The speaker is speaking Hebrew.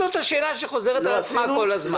זאת השאלה שחוזרת על עצמה כל הזמן.